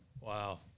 Wow